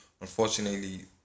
unfortunately